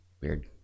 weird